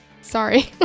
sorry